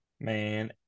Man